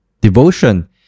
devotion